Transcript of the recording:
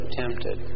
tempted